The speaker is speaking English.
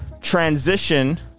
transition